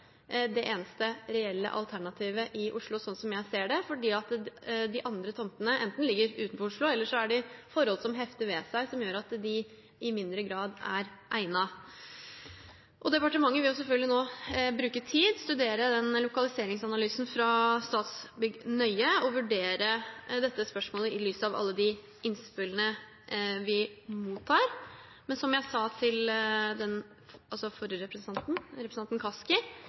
det eneste reelle alternativet i Oslo, slik jeg ser det, fordi de andre tomtene enten ligger utenfor Oslo, eller det er forhold som hefter ved dem som gjør at de i mindre grad er egnet. Departementet vil selvfølgelig nå bruke tid, studere den lokaliseringsanalysen fra Statsbygg nøye og vurdere dette spørsmålet i lys av alle de innspillene vi mottar. Men som jeg sa til representanten Kaski, har det vært viktig for